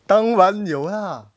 当然有啦